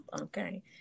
okay